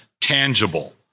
tangible